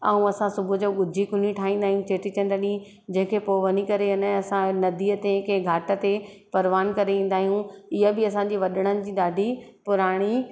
ऐं असां सुबुह जो गुझी कुनी ठाहींदा आहियूं चेटीचंडु ॾींहुं जेके पोइ वञी करे इन असां नदीअ ते कंहिं घाटि ते परवान करे ईंदा आहियूं ईअं बि असांजी वॾणनि जी ॾाढी पुराणी